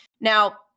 Now